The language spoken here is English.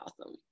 awesome